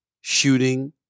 shooting